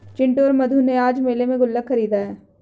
चिंटू और मधु ने आज मेले में गुल्लक खरीदा है